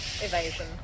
evasion